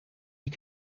you